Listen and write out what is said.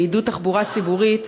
בעידוד תחבורה ציבורית,